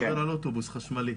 אוטובוס חשמלי.